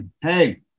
hey